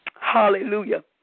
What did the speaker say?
hallelujah